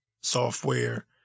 software